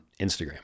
Instagram